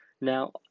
Now